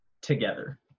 together